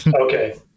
Okay